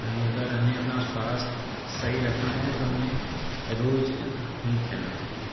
नहीं अगर हमें अपना स्वास्थ्य सही रखना है तो हमें रोज हीं खेलना चाहिए